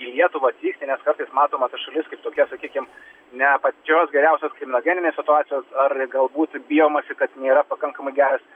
į lietuvą atvykti nes kartais matoma ta šalis kaip tokia sakykim ne pačios geriausios kriminogeninės situacijos ar galbūt bijomasi kad nėra pakankamai geras